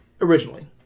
originally